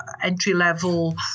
entry-level